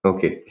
Okay